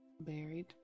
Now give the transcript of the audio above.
Buried